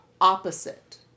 opposite